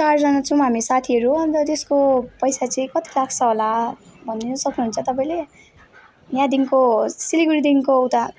चारजना छौँ हामी साथीहरू हो अन्त त्यसको पैसा चाहिँ कति लाग्छ होला भनिदिन सक्नुहुन्छ तपाईँले यहाँदेखिको सिलगढीदेखिको उता